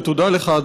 ותודה לך,